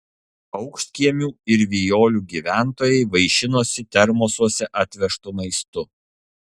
aukštkiemių ir vijolių gyventojai vaišinosi termosuose atvežtu maistu